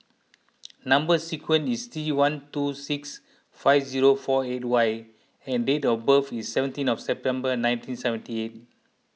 Number Sequence is T one two six five zero four eight Y and date of birth is seventeen of September nineteen seventy eight